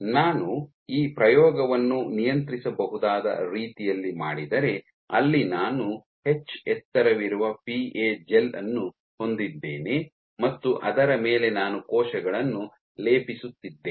ನಾನು ಈ ಪ್ರಯೋಗವನ್ನು ನಿಯಂತ್ರಿಸಬಹುದಾದ ರೀತಿಯಲ್ಲಿ ಮಾಡಿದರೆ ಅಲ್ಲಿ ನಾನು ಎಚ್ ಎತ್ತರವಿರುವ ಪಿಎ ಜೆಲ್ ಅನ್ನು ಹೊಂದಿದ್ದೇನೆ ಮತ್ತು ಅದರ ಮೇಲೆ ನಾನು ಕೋಶಗಳನ್ನು ಲೇಪಿಸುತ್ತಿದ್ದೇನೆ